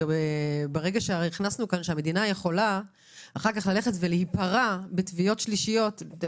ברגע שהכנסנו כאן שהמדינה יכולה אחר כך ללכת ולהיפרע בתביעות נגד